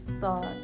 thought